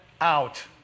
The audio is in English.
out